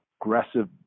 aggressive